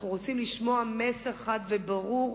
אנחנו רוצים לשמוע מסר חד וברור